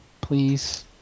please